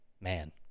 man